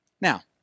Now